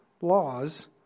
laws